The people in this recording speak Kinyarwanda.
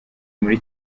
muri